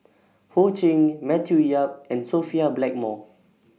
Ho Ching Matthew Yap and Sophia Blackmore